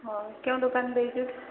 ହଁ କେଉଁ ଦୋକାନ ଦେଇଛୁ